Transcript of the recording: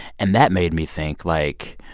and that made me think, like,